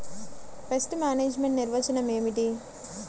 Pest management నిర్వచనం ఏమిటి?